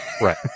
Right